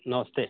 नमस्ते